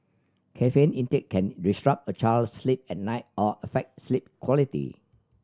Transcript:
caffeine intake can disrupt a child's sleep at night or affect sleep quality